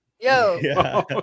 Yo